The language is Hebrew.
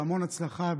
והמון הצלחה בתפקידך.